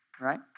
Right